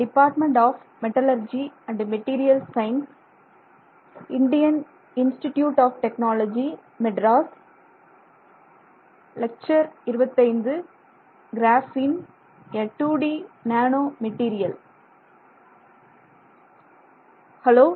hello